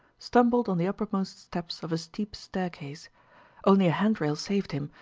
stumbled on the uppermost steps of a steep staircase only a hand-rail saved him,